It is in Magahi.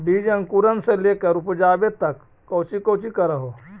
बीज अंकुरण से लेकर उपजाबे तक कौची कौची कर हो?